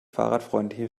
fahrradfreundliche